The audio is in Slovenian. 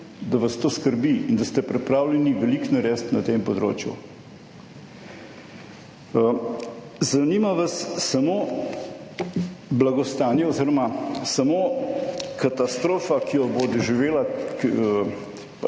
da vas to skrbi, in da ste pripravljeni veliko narediti na tem področju. Zanima vas samo blagostanje oziroma samo katastrofa, ki jo bo doživela,